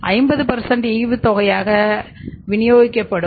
50 ஈவுத்தொகையாக விநியோகிக்கப்படும்